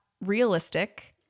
realistic